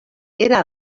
era